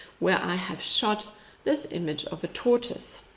where i have shot this image of a tortoise.